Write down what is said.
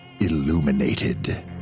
illuminated